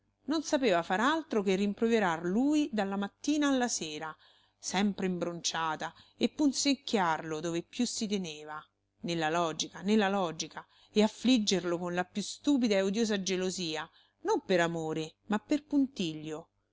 non sapeva far altro che rimproverar lui dalla mattina alla sera sempre imbronciata e punzecchiarlo dove più si teneva nella logica nella logica e affliggerlo con la più stupida e odiosa gelosia non per amore ma per puntiglio